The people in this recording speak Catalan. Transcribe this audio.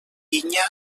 vinya